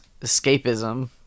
Escapism